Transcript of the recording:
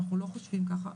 אנחנו לא חושבים ככה,